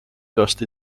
dust